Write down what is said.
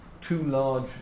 too-large